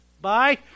Bye